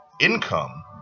income